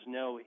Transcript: no